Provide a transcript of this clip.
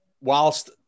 whilst